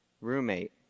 roommate